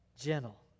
gentle